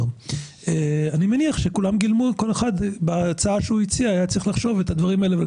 אני מניח שכל אחד בהצעה שהוא הציע היה צריך לגלם את הדברים האלה.